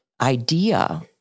idea